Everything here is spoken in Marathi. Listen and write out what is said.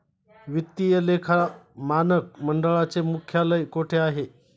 वित्तीय लेखा मानक मंडळाचे मुख्यालय कोठे आहे?